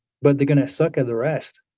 but they're going to suck at the rest.